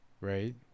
right